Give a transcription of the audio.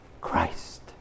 Christ